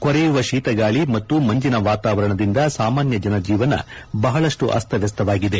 ಕೊರೆಯುವ ಶೀತಗಾಳಿ ಮತ್ತು ಮಂಜಿನ ವಾತಾವರಣದಿಂದ ಸಾಮಾನ್ಯ ಜನಜೀವನ ಬಹಳಷ್ಟು ಅಸ್ತವ್ಯಸ್ತವಾಗಿದೆ